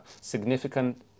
significant